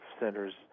centers